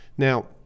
Now